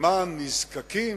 למען נזקקים?